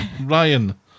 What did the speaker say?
Ryan